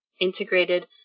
integrated